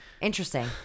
Interesting